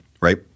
Right